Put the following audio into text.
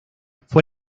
fue